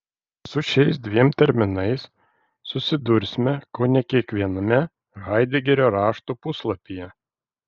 su šiais dviem terminais susidursime kone kiekviename haidegerio raštų puslapyje